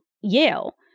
Yale